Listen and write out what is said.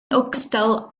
ogystal